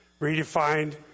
redefined